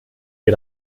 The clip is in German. ihr